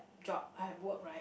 job I have work right